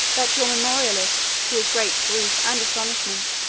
that your memorialist, to his great grief and astonishment,